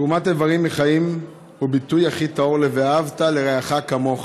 תרומת איברים מחיים היא הביטוי הכי טהור ל"ואהבת לרעך כמוך".